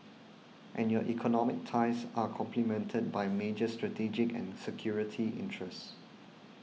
and your economic ties are complemented by major strategic and security interests